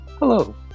Hello